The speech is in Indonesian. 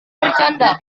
bercanda